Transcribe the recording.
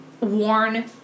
worn